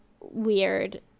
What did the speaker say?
weird